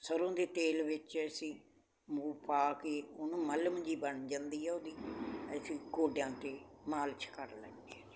ਸਰੋਂ ਦੇ ਤੇਲ ਵਿੱਚ ਅਸੀਂ ਮੂਵ ਪਾ ਕੇ ਉਹਨੂੰ ਮਲਮ ਜਿਹੀ ਬਣ ਜਾਂਦੀ ਹੈ ਉਹਦੀ ਅਸੀਂ ਗੋਡਿਆਂ 'ਤੇ ਮਾਲਿਸ਼ ਕਰ ਲੈਂਦੇ ਹਾਂ